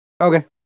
Okay